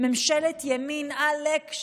ממשלת ימין עלק.